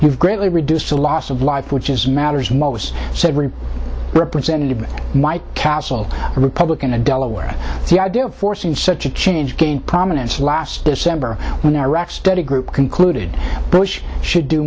you've greatly reduced the loss of life which is matters most said representative mike castle republican to delaware the idea of forcing such a change gained prominence last december when iraq study group concluded bush should do